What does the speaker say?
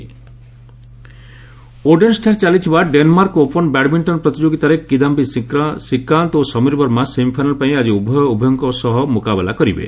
badminton ଓଡେନ୍ସଠାରେ ଚାଲିଥିବା Denmark open badminton ପ୍ରତିଯୋଗିତାରେ କିଦାୟି ଶ୍ରୀକାନ୍ତ ଓ ସମୀର ବର୍ମା ସେମିଫାଇନାଲ୍ ପାଇଁ ଆକି ଉଭୟ ଉଭୟଙ୍କ ସହ ମୁକାବିଲା କରିବେ